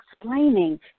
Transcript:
explaining